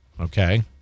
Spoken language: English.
okay